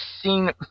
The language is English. seen